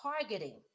targeting